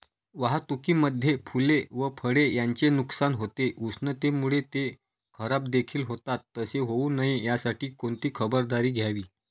वाहतुकीमध्ये फूले व फळे यांचे नुकसान होते, उष्णतेमुळे ते खराबदेखील होतात तसे होऊ नये यासाठी कोणती खबरदारी घ्यावी?